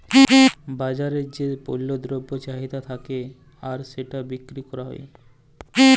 বাজারে যেই পল্য দ্রব্যের চাহিদা থাক্যে আর সেটা বিক্রি ক্যরা হ্যয়